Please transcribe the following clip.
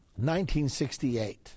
1968